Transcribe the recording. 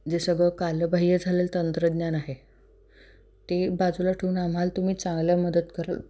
जे सगळं कालबाह्य झालेलं तंत्रज्ञान आहे ते बाजूला ठेऊन आम्हाला तुम्ही चांगल्या मदत कराल